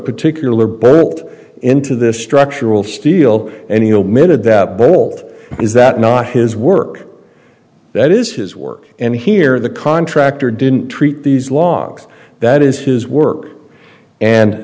particular birth into this structural steel and he omitted that bolt is that not his work that is his work and here the contractor didn't treat these logs that is his work and